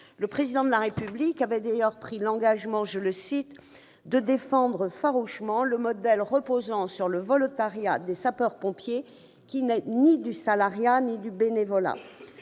Le Président de la République avait d'ailleurs pris l'engagement de « défendre farouchement le modèle reposant sur le volontariat des sapeurs-pompiers qui n'est ni du salariat ni du bénévolat